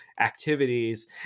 activities